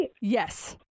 Yes